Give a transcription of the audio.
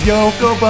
Yoko